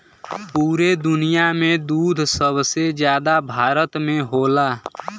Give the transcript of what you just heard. पुरे दुनिया में दूध सबसे जादा भारत में होला